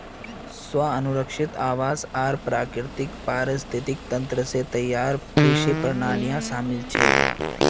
स्व अनुरक्षित आवास आर प्राकृतिक पारिस्थितिक तंत्र स तैयार कृषि प्रणालियां शामिल छेक